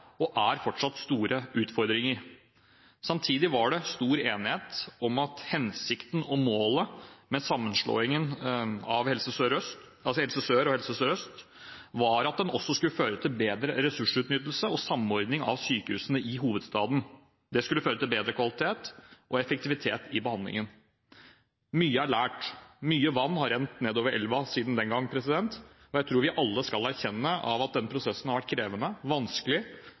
og er fortsatt store utfordringer. Samtidig var det stor enighet om at hensikten og målet med sammenslåingen av Helse Sør og Helse Sør-Øst var at den også skulle føre til bedre ressursutnyttelse og samordning av sykehusene i hovedstaden. Dette skulle føre til bedre kvalitet og effektivitet i behandlingen. Mye er lært. Mye vann har rent nedover elven siden den gang. Jeg tror vi alle skal erkjenne at den prosessen har vært krevende, vanskelig,